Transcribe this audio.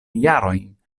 jarojn